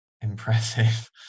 impressive